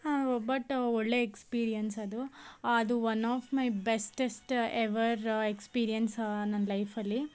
but ಒಳ್ಳೆಯ experience ಅದು ಅದು one of my bestest ever experience ನನ್ನ ಲೈಫಲ್ಲಿ